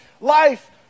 life